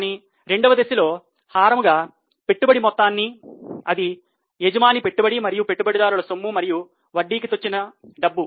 కానీ రెండవ దశలో హారముగా పెట్టుబడి మొత్తాన్ని అది యజమాని పెట్టుబడి మరియు పెట్టుబడిదారుల సొమ్ము మరియు వడ్డీకి తెచ్చిన డబ్బు